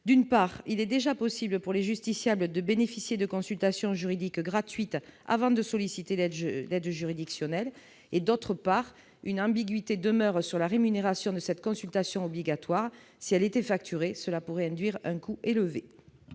d'une part, il est déjà possible pour les justiciables de bénéficier de consultations juridiques gratuites avant de solliciter l'aide juridictionnelle, d'autre part, une ambiguïté demeure sur la rémunération de cette consultation obligatoire : si elle était facturée, cela pourrait induire un coût élevé.